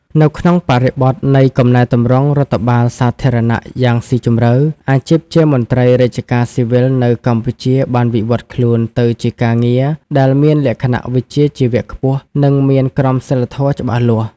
នៅក្នុងបរិបទនៃកំណែទម្រង់រដ្ឋបាលសាធារណៈយ៉ាងស៊ីជម្រៅ អាជីពជាមន្ត្រីរាជការស៊ីវិលនៅកម្ពុជាបានវិវត្តខ្លួនទៅជាការងារដែលមានលក្ខណៈវិជ្ជាជីវៈខ្ពស់ និងមានក្រមសីលធម៌ច្បាស់លាស់។